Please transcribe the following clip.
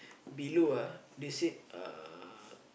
below ah they said uh